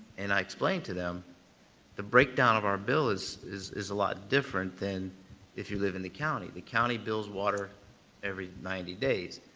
and i explain to them the breakdown of our bill is is a lot different than if you live in the county. the county bills water every ninety days.